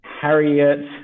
Harriet